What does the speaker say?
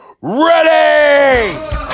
ready